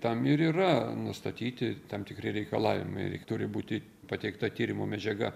tam ir yra nustatyti tam tikri reikalavimai ir turi būti pateikta tyrimo medžiaga